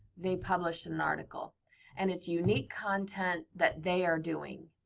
they publish and an article and it's unique content that they are doing.